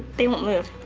they won't move